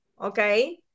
Okay